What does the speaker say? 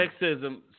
sexism